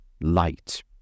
light